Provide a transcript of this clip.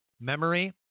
memory